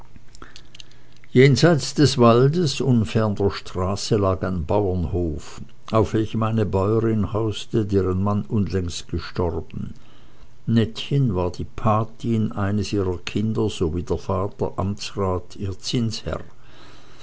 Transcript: jenseits des waldes unfern der straße lag ein bauernhof auf welchem eine bäuerin hauste deren mann unlängst gestorben nettchen war die patin eines ihrer kinder sowie der vater amtsrat ihr zinsherr